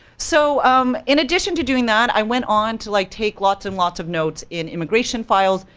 so um in addition to doing that, i went on to like, take lots and lots of notes in immigration files,